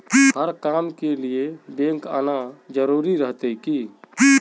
हर काम के लिए बैंक आना जरूरी रहते की?